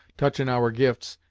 touchin' our gifts,